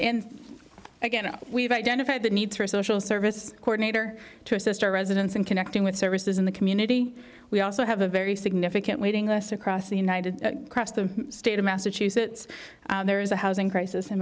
and again we've identified the need for social services coordinator to assist our residents in connecting with services in the community we also have a very significant waiting us across the united cross the state of massachusetts there is a housing crisis in